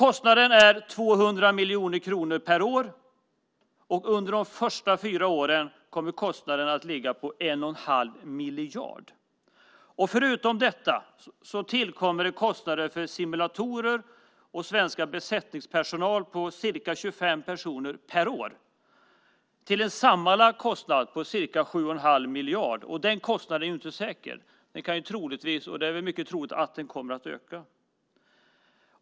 Kostnaden är 200 miljoner kronor per år. Under de fyra första åren kommer kostnaden att ligga på 1 1⁄2 miljard. Dessutom tillkommer kostnaden för simulatorer och svensk besättningspersonal, ca 25 personer per år. Den sammanlagda kostnaden är ca 7 1⁄2 miljard. Den kostnaden är inte säker. Det är mycket troligt att den ökar.